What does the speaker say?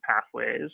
pathways